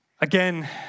Again